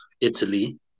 Italy